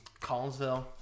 Collinsville